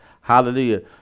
Hallelujah